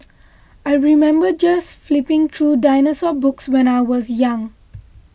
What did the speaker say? I remember just flipping through dinosaur books when I was young